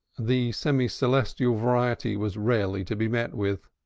the semi-celestial variety was rarely to be met with.